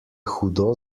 hudo